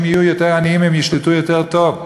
יהיו יותר עניים הם ישלטו יותר טוב.